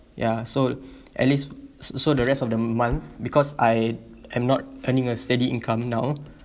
ya so at least so the rest of the month because I am not earning a steady income now